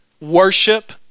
worship